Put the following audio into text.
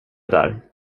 där